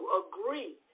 agree